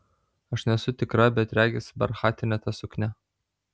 aš nesu tikra bet regis barchatinė ta suknia